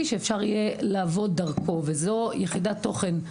שאפשר יהיה לעבוד דרכו וזו יחידת תוכן,